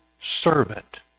servant